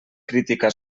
crítica